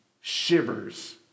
shivers